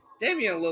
Damian